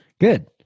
Good